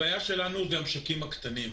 הבעיה השלנו היא המשקים הקטנים.